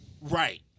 Right